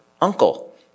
uncle